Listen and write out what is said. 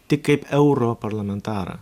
tik kaip europarlamentarą